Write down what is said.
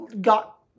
got